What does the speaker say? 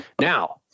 Now